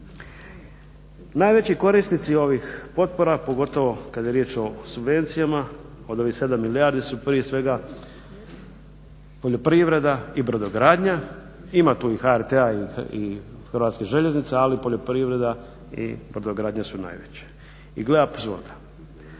Najveći korisnici ovih potpora pogotovo kada je riječ o subvencijama od ovih 7 milijardi su prije svega poljoprivreda i brodogradnja. Ima tu i HRT-a i Hrvatskih željeznica, ali poljoprivreda i brodogradnja su najveće. I gle apsurda.